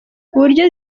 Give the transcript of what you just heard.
uburyo